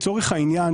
לצורך העניין,